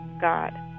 God